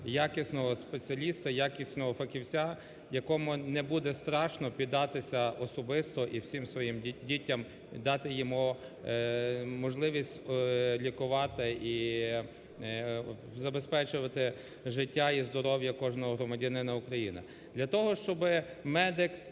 якісного спеціаліста, якісного фахівця, якому не буде страшно піддатися особисто і всім своїм дітям, дати йому можливість лікувати і забезпечувати життя і здоров'я кожного громадянина України.